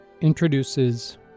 introduces